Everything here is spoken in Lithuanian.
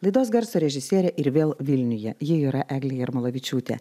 laidos garso režisierė ir vėl vilniuje ji yra eglė jarmolavičiūtė